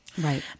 Right